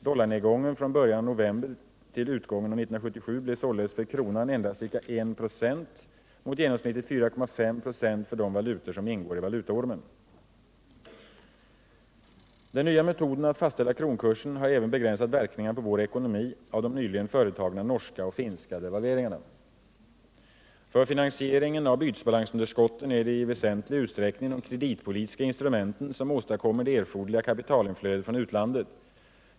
Dollarnedgången från början av november till utgången av 1977 blev således för kronan endast ca 1 26 mot genomsnittligt 4,5 96 för de valutor som ingår i valutaormen. Den nya metoden att fastställa kronkursen har även begränsat verkningarna på vår ekonomi av de nyligen företagna norska och finska devalveringarna. För finansieringen av bytesbalansunderskotten är det i väsentlig utsträckning de kreditpolitiska instrumenten som åstadkommer det erforderliga kapitalinflödet från utlandet.